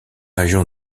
région